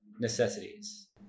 necessities